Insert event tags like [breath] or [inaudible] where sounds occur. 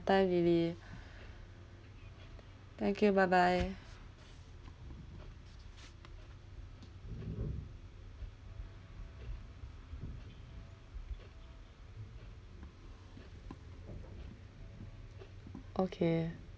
time lily [breath] thank you bye bye okay